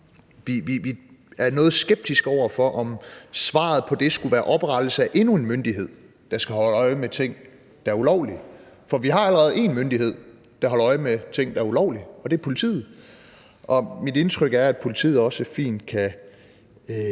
Vi er noget skeptiske over for, om svaret på det skulle være oprettelse af endnu en myndighed, der skal holde øje med ting, der er ulovlige, for vi har allerede én myndighed, der holder øje med ting, der er ulovlige, og det er politiet. Og mit indtryk er, at politiet – hvis ikke